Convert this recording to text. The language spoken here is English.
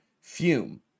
Fume